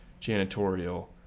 janitorial